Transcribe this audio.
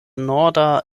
norda